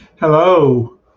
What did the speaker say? Hello